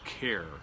care